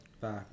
back